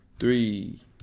Three